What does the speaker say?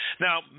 Now